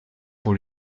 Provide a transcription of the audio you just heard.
pour